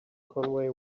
conway